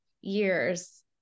years